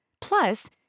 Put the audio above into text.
Plus